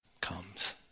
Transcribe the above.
comes